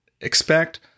expect